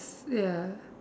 ya